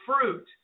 fruit